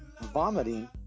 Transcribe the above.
vomiting